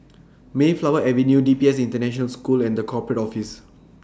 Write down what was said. Mayflower Avenue D P S International School and The Corporate Office